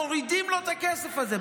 מורידים לו את הכסף הזה,